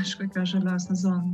kažkokios žaliosios zonos